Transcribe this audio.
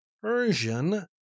Persian